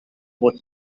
what